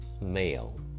male